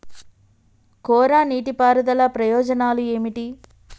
కోరా నీటి పారుదల ప్రయోజనాలు ఏమిటి?